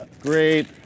Great